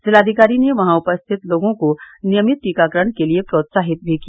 जिलाधिकारी ने वहां उपस्थित लोगों को नियमित टीकाकरण के लिए प्रोत्साहित भी किया